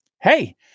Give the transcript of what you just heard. Hey